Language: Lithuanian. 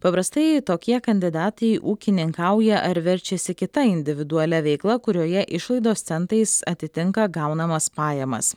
paprastai tokie kandidatai ūkininkauja ar verčiasi kita individualia veikla kurioje išlaidos centais atitinka gaunamas pajamas